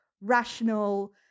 rational